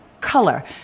color